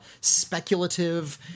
speculative